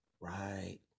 Right